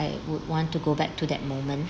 I would want to go back to that moment